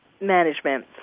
management